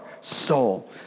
soul